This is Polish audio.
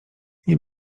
nie